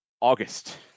August